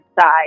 side